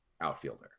outfielder